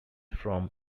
from